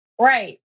Right